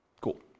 Cool